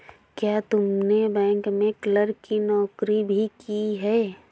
क्या तुमने बैंक में क्लर्क की नौकरी भी की है?